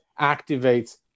activates